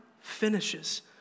finishes